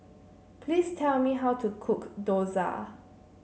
please tell me how to cook Dosa